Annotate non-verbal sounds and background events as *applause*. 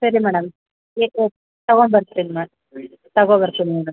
ಸರಿ ಮೇಡಮ್ *unintelligible* ತಗೊ ಬರ್ತೀನಿ ಮ್ಯಾಮ್ ತಗೋ ಬರ್ತೀನಿ ಮೇಡಮ್